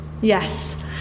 Yes